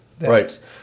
Right